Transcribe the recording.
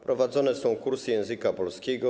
Prowadzone są kursy języka polskiego.